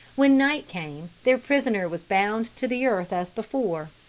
when night came, their prisoner was bound to the earth as before.